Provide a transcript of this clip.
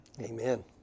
Amen